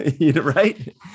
Right